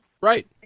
Right